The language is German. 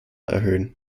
erhöhen